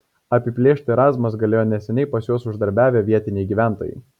apiplėšti razmas galėjo neseniai pas juos uždarbiavę vietiniai gyventojai